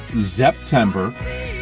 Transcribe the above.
September